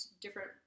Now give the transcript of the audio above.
different